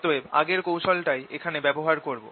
অতএব আগের কৌশল টাই এখানে ব্যবহার করব